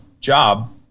job